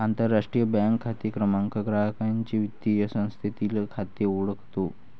आंतरराष्ट्रीय बँक खाते क्रमांक ग्राहकाचे वित्तीय संस्थेतील खाते ओळखतो